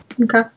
Okay